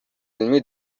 علمی